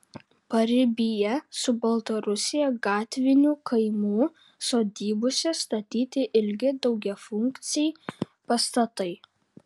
paribyje su baltarusija gatvinių kaimų sodybose statyti ilgi daugiafunkciai pastatai